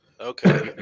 Okay